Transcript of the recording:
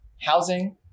housing